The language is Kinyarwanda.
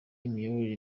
imiyoborere